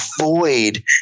avoid